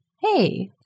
Hey